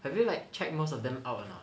have you like check most them out or not